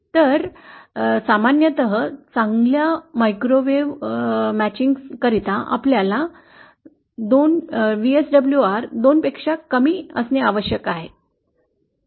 तर सामान्यत चांगल्या मायक्रोवेव्ह जुळण्या करिता आपल्याला 2 पेक्षा कमी VSWR आवश्यक असते